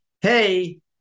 hey